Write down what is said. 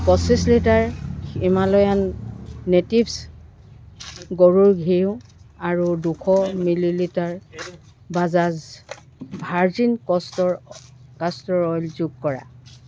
পঁচিছ litre Himalayan natives গৰুৰ ঘিউ আৰু দুশ millilitre Bajaj virgin castor castor oil যোগ কৰা